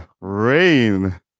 Rain